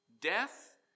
Death